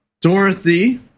Dorothy